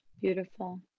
Beautiful